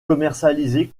commercialisé